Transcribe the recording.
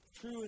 true